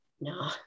no